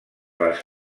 les